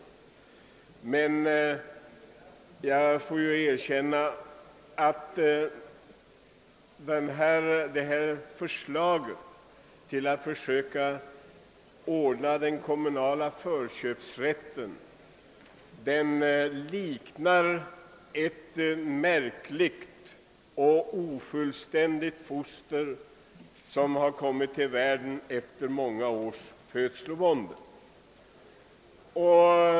Jag får erkänna att detta förslag till att försöka ordna den kommunala förköpsrätten liknar ett märkligt och ofullgånget foster, som har kommit till världen efter många års födslovåndor.